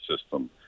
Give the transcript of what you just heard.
system